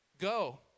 Go